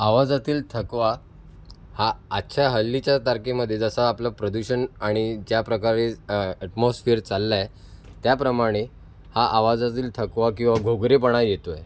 आवाजातील थकवा हा आजच्या हल्लीच्या तारखेमध्ये जसं आपलं प्रदूषण आणि ज्या प्रकारे ॲटमॉस्फिअर चाललंय त्याप्रमाणे हा आवाजातील थकवा किंवा घोगरेपणा येतो आहे